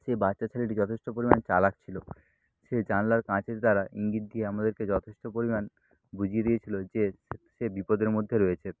সেই বাচ্চা ছেলেটি যথেষ্ট পরিমাণে চালাক ছিল সে জানলার কাচের দ্বারা ইঙ্গিত দিয়ে আমাদেরকে যথেষ্ট পরিমাণ বুঝিয়ে দিয়েছিল যে সে বিপদের মধ্যে রয়েছে